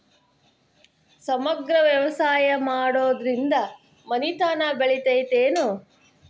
ಸಮಗ್ರ ವ್ಯವಸಾಯ ಮಾಡುದ್ರಿಂದ ಮನಿತನ ಬೇಳಿತೈತೇನು?